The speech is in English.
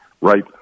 right